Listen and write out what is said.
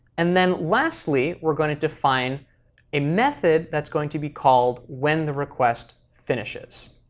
and then lastly, we're going to define a method that's going to be called when the request finishes.